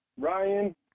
Ryan